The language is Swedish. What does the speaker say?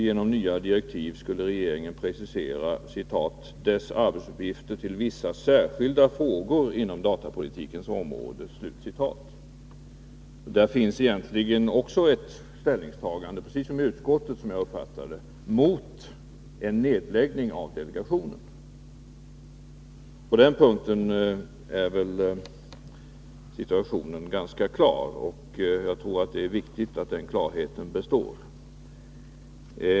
Genom nya direktiv skulle regeringen precisera ”dess arbetsuppgifter till vissa särskilda frågor inom datapolitikens område”. Där finns egentligen också ett ställningstagande — precis som fallet är i utskottet, som jag uppfattar det — mot en nedläggning av delegationen. På den punkten är väl situationen ganska klar. Jag tror också att det är viktigt att den klarheten består.